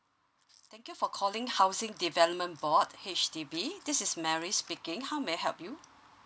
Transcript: thank you for calling housing development board H_D_B this is mary speaking how may I help you